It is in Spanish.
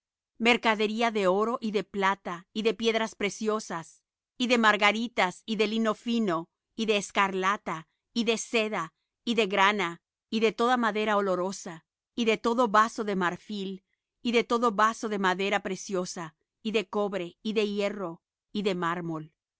mercadería de oro y de plata y de piedras preciosas y de margaritas y de lino fino y de escarlata y de seda y de grana y de toda madera olorosa y de todo vaso de marfil y de todo vaso de madera preciosa y de cobre y de hierro y de mármol y